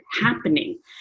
happening